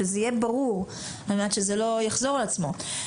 שזה יהיה ברור על מנת שזה לא יחזור על עצמו.